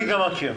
אני גם מכיר.